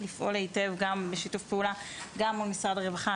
לפעול היטב בשיתוף פעולה גם מול משרד הרווחה,